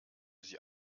sie